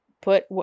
put